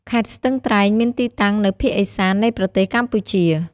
ខេត្តស្ទឹងត្រែង មានទីតាំងនៅភាគឦសាននៃប្រទេសកម្ពុជា។